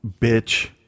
Bitch